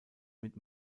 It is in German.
mit